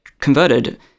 converted